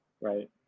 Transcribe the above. Right